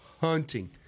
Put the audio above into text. hunting